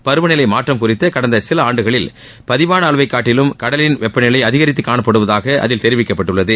பருவநிலை மாற்றம் குறித்து கடந்த சில ஆண்டுகளில் பதிவான அளவைக் காட்டிலும் கடலின் வெப்பநிலை அதிகரித்து காணப்படுவதாக அதில் தெரிவிக்கப்பட்டுள்ளது